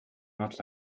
not